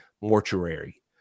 mortuary